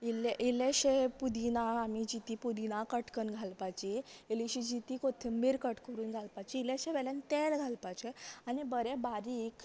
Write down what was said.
इल्ले इल्लेशे पुदिना आनी जिती पुदिना कट कन्न घालपाची इल्लिशी जिती कोथमीर कट करून घालपाची इल्लेशे वेल्यान तेल घालपाचे आनी बरे बारीक